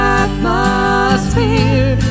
atmosphere